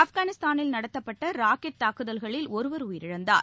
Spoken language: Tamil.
ஆப்காவிஸ்தாவில் நடத்தப்பட்ட ராக்கெட் தாக்குதல்களில் ஒருவர் உயிரிழந்தார்